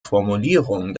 formulierung